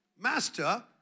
master